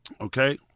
Okay